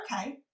okay